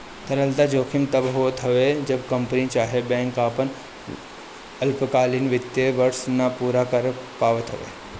तरलता जोखिम तब होत हवे जब कंपनी चाहे बैंक आपन अल्पकालीन वित्तीय वर्ष ना पूरा कर पावत हवे